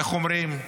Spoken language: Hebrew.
איך אומרים?